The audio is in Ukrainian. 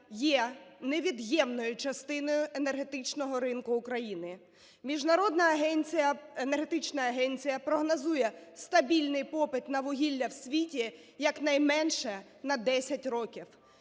є невід'ємною частиною енергетичного ринку України. Міжнародна агенція, енергетична агенція, прогнозує стабільний попит на вугілля в світі якнайменше на 10 років,